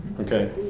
Okay